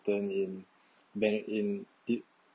in many in deep